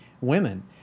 women